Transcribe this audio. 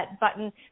button